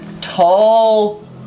Tall